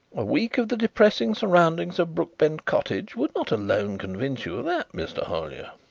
a week of the depressing surroundings of brookbend cottage would not alone convince you of that, mr. hollyer.